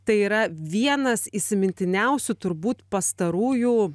tai yra vienas įsimintiniausių turbūt pastarųjų